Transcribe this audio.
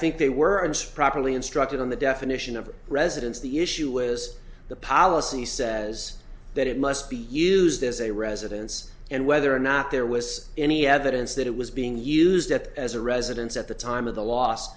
think they were and sprog really instructed on the definition of residence the issue was the policy says that it must be used as a residence and whether or not there was any evidence that it was being used that as a residence at the time of the last